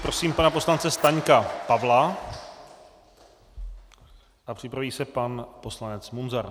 Prosím pana poslance Staňka Pavla a připraví se pan poslanec Munzar.